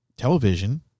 Television